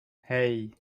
hey